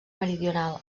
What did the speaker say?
meridional